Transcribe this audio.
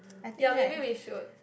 ya maybe we should